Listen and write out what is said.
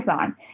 on